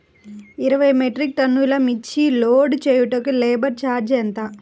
ఇరవై మెట్రిక్ టన్నులు మిర్చి లోడ్ చేయుటకు లేబర్ ఛార్జ్ ఎంత?